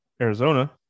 arizona